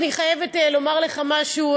אני חייבת לומר לך משהו,